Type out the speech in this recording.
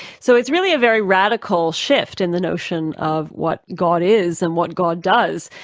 so it's really a very radical shift in the notion of what god is and what god does.